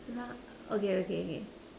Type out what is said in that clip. okay okay okay